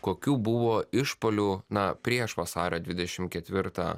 kokių buvo išpuolių na prieš vasario dvidešim ketvirtą